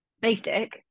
basic